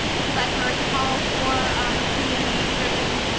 because i've heard the calls for a community driven